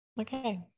Okay